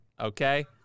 Okay